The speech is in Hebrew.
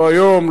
לא היום,